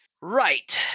Right